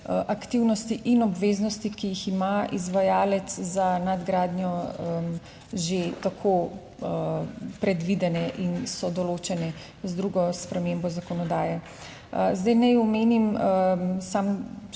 aktivnosti in obveznosti, ki jih ima izvajalec za nadgradnjo že tako predvidene in so določene z drugo spremembo zakonodaje. Zdaj naj omenim samo